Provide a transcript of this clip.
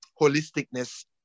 holisticness